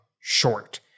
short